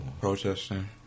Protesting